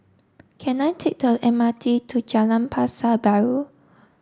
can I take the M R T to Jalan Pasar Baru